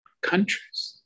countries